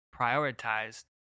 prioritized